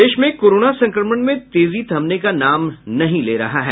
प्रदेश में कोरोना संक्रमण में तेजी थमने का नाम नहीं ले रही है